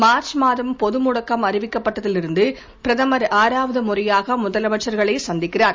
March மாதம் பொது முடக்கம் அறிவிக்கப்பட்டதிலிருந்து பிரதமர் ஆறாவது முறையாக முதலமைச்சர்களை சந்திக்கிறார்